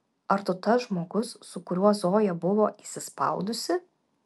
ar tu tas žmogus su kuriuo zoja buvo įsispaudusi